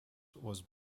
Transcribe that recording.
was